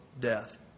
death